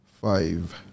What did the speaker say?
five